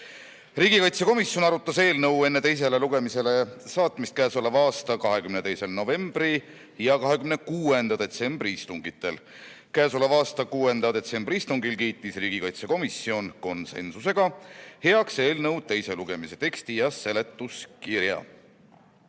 Riigikaitsekomisjon arutas eelnõu enne teisele lugemisele esitamist oma k.a 22. novembri ja 6. detsembri istungil. Oma 6. detsembri istungil kiitis riigikaitsekomisjon konsensusega heaks eelnõu teise lugemise teksti ja seletuskirja.